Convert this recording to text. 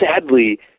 sadly